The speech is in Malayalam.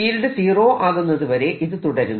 ഫീൽഡ് സീറോ ആകുന്നതുവരെ ഇത് തുടരുന്നു